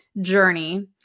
journey